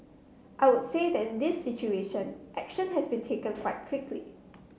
I would say that in this situation action has been taken quite quickly